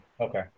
Okay